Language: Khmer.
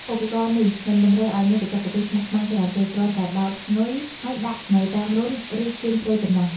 ឧបករណ៍នេះមិនតម្រូវឲ្យមានបច្ចេកទេសស្មុគស្មាញច្រើនទេ គ្រាន់តែដោតនុយហើយដាក់នៅតាមរន្ធឬកៀនព្រៃប៉ុណ្ណោះ។